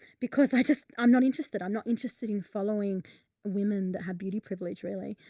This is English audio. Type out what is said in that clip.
because i just, i'm not interested. i'm not interested in following women that have beauty privilege really.